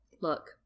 Look